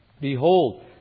Behold